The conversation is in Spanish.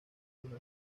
una